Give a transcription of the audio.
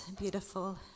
beautiful